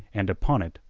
and upon it,